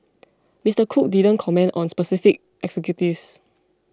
Mister Cook didn't comment on specific executives